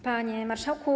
Panie Marszałku!